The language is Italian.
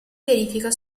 verifica